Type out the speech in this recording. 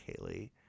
Kaylee